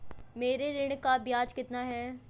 मेरे ऋण का ब्याज कितना है?